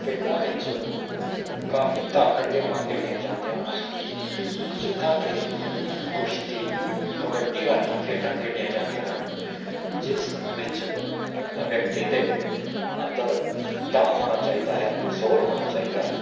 ਪਿੰਡਾਂ ਵਿੱਚ ਕਾਫ਼ੀ ਧਾਕੜ ਗੇਮਾਂ ਖੇਡੀਆਂ ਜਾਂਦੀਆਂ ਹਨ ਜਿੱਦਾਂ ਕਿ ਕੁਸ਼ਤੀ ਕਬੱਡੀ ਵਰਗੀਆਂ ਖੇਡਾਂ ਖੇਡੀਆਂ ਜਾਂਦੀਆਂ ਹਨ ਜਿਸ ਵਿੱਚ ਵ ਵਿਅਕਤੀ ਦੇ ਅੰਦਰ ਦਮ ਹੋਣਾ ਚਾਹੀਦਾ ਹੈ ਜ਼ੋਰ ਹੋਣਾ ਚਾਹੀਦਾ ਹੈ